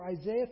Isaiah